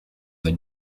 the